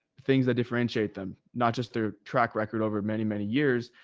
things that differentiate them, not just their track record over many, many years,